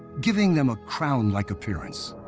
giving them a crown-like appearance.